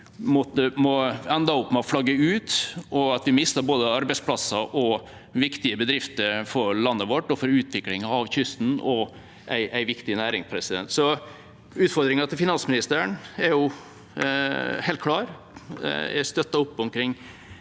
ender med å flagge ut, og at vi mister både arbeidsplasser og viktige bedrifter for landet vårt og for utviklingen av kysten, og en viktig næring. Utfordringen til finansministeren er helt klar. Jeg støtter opp om den